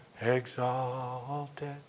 exalted